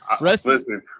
Listen